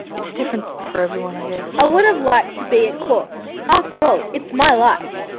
it's different for everyone, i guess. i would've liked to be in court after all, it's my life.